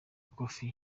koffi